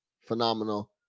phenomenal